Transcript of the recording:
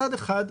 מצד אחד,